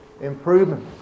improvement